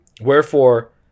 Wherefore